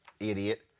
idiot